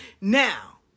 Now